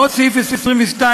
הוראות סעיפים 22א,